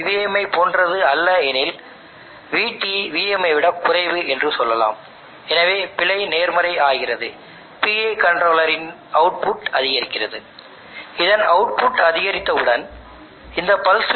logic என்னவென்றால்Im என்பது reference iT என்பது ஃபீட்பேக் மதிப்பாகும் இது ஒருவேளை ரெஃபரன்ஸ் மதிப்புக்கு முயற்சிக்கவும் மற்றும் பின்பற்றவும் மற்றும் சந்திக்கவும் நேரிடும்